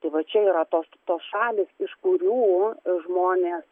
tai va čia yra tos tos šalys iš kurių žmonės